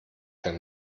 herr